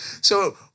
So-